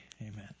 Amen